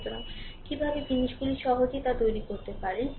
সুতরাং কীভাবে জিনিসগুলি সহজেই তা তৈরি করতে পারেন